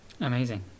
amazing